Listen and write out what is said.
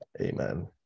Amen